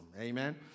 amen